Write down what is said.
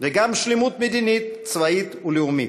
וגם שלמות מדינית, צבאית ולאומית.